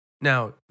Now